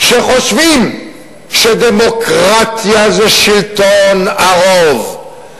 שחושבים שדמוקרטיה זה שלטון הרוב.